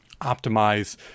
optimize